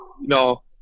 No